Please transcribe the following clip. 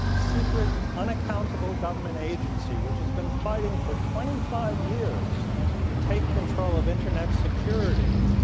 secret, unaccountable government agency, which has been fighting for twenty five years to take control of internet security,